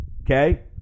Okay